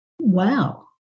Wow